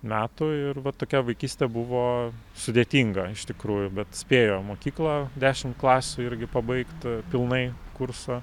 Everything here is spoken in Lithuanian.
metų ir va tokia vaikystė buvo sudėtinga iš tikrųjų bet spėjo mokyklą dešimt klasių irgi pabaigt pilnai kursą